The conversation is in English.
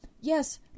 Yes